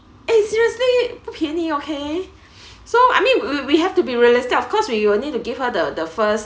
eh seriously 便宜 okay so I mean w~ we have to be realistic of course we will need to give her the the first